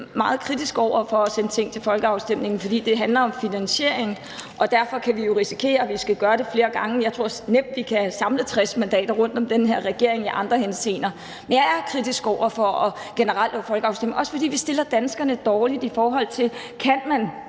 Jeg er meget kritisk over for at sende ting til folkeafstemning, fordi det handler om finansiering. Derfor kan vi jo risikere, at vi skal gøre det flere gange. Jeg tror, at vi nemt kan samle 60 mandater omkring den her regering i andre henseender. Men jeg er generelt kritisk over for at holde folkeafstemninger, også fordi vi stiller danskerne dårligt, i forhold til om man